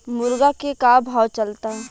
मुर्गा के का भाव चलता?